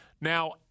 Now